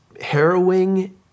harrowing